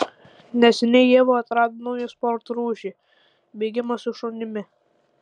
neseniai ieva atrado ir naują sporto rūšį bėgimą su šunimi